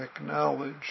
acknowledge